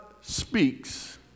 speaks